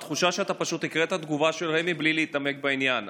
התחושה היא שאתה פשוט הקראת תגובה של רמ"י בלי להתעמק בעניין.